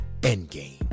endgame